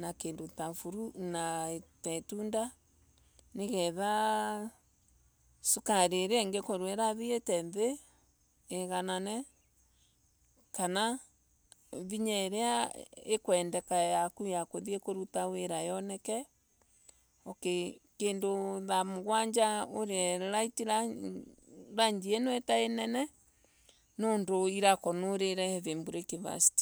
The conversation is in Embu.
Na kindu ta fruit taa iitunda nigetha sukari iria ingekorwa irathithie thii iganane kana vinya iria ikwendeka yaku ya kuthii kuvuta wira yoneke. kindu thaa mugwanja urie light lanch ino itai nene nundu kivoko ni urire heavy breakfast.